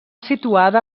situada